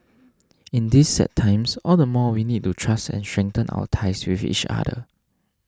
in these sad times all the more we need to trust and strengthen our ties with each other